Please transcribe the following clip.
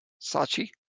Sachi